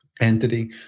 entity